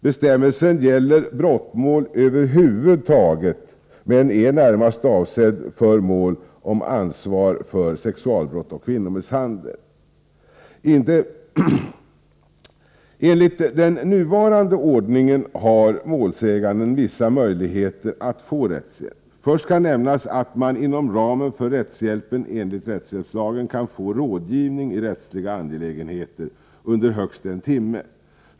Bestämmelsen gäller brottmål över huvud taget, men är närmast avsedd för mål om ansvar för sexualbrott och kvinnomisshandel. Enligt den nuvarande ordningen har målsäganden vissa möjligheter att få rättshjälp. Först bör nämnas att man inom ramen för rättshjälpen enligt rättshjälpslagen kan få rådgivning i rättsliga angelägenheter under högst en timme.